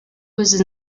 was